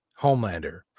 Homelander